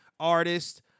artist